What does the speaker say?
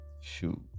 Shoot